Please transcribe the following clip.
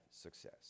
success